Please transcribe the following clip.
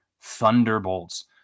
thunderbolts